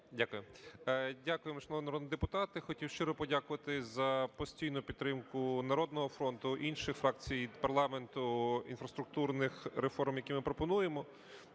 Дякую. Дякую, шановні народні депутати! Хотів щиро подякувати за постійну підтримку "Народного фронту", інших фракцій парламенту інфраструктурних реформ, які ми пропонуємо.